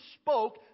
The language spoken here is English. spoke